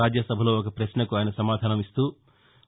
రాజ్యసభలో ఒక ప్రశ్నకు ఆయన సమాధానం చెబుతూ